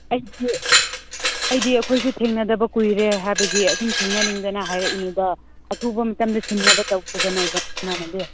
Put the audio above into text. ꯑꯩꯗꯤ ꯑꯩꯗꯤ ꯑꯩꯈꯣꯏꯁꯨ ꯊꯦꯡꯅꯗꯕ ꯀꯨꯏꯔꯦ ꯍꯥꯏꯕꯒꯤ ꯑꯗꯨꯝ ꯊꯦꯡꯅꯅꯤꯡꯗꯅ ꯍꯥꯏꯔꯛꯏꯅꯤꯗ ꯑꯊꯨꯕ ꯃꯇꯝꯗ ꯁꯤꯟꯅꯕ ꯇꯧꯁꯤꯗꯅ ꯏꯃꯥꯟꯅꯕꯤ